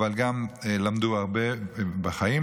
אבל גם למדו הרבה בחיים,